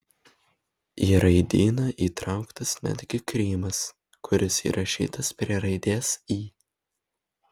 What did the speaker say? į raidyną įtrauktas netgi krymas kuris įrašytas prie raidės y